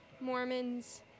Mormons